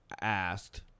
asked